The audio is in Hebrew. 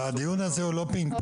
הדיון הזה הוא לא פינג-פונג.